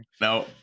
No